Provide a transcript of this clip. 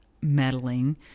meddling